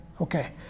Okay